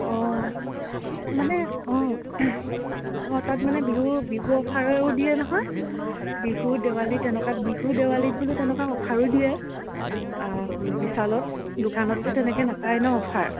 অঁ মানে অঁ অঁ তাত মানে বিহু বিহু অ'ফাৰও দিয়ে নহয় বিহু দেৱালী তেনেকুৱাত বিহু দেৱালীত বুলি তেনেকুৱা অ'ফাৰো দিয়ে বিশালত দোকানততো তেনেকে নাপায় ন অ'ফাৰ